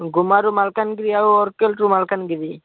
ଗୁମା ରୁ ମାଲକାନଗିରି ଆଉ ଅରକେଲ ରୁ ମାଲକାନଗିରି